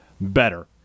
better